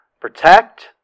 protect